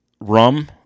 rum